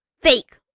fake